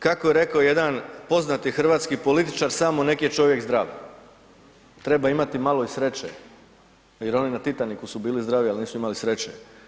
Kako je rekao jedan poznati hrvatski političar „samo nek je čovjek zdrav“, treba imati i malo sreće jer oni na Titanicu su bili zdravi, al nisu imali sreće.